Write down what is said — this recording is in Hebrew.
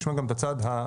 נשמע גם את הצד הממשלתי,